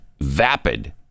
vapid